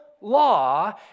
law